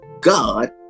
God